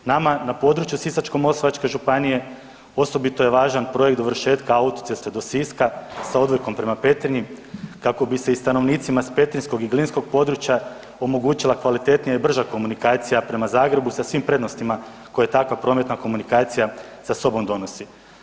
Nama na području Sisačko-moslavačke županije osobito je važan projekt dovršetka autoceste do Siska sa odvojkom prema Petrinji kako bi se i stanovnicima s petrinjskog i glinskog područja omogućila kvalitetnija i brža komunikacija prema Zagrebu sa svim prednostima koje takva prometna komunikacija sa sobom donosi.